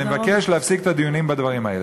אני מבקש להפסיק את הדיונים בדברים האלה.